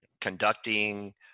conducting